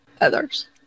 others